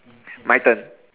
my turn